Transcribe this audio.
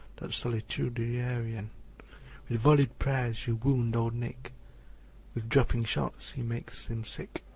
that solitudinarian with vollied prayers you wound old nick with dropping shots he makes him sick.